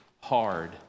hard